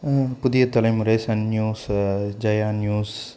புதிய Thalaimurai Sun News Jaya news